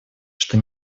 что